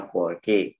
Korke